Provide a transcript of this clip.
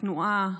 התנועה,